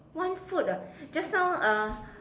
one foot ah just now uh